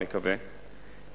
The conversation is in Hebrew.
אני מקווה,